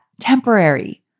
temporary